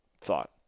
thought